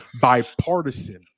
bipartisan